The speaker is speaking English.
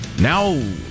Now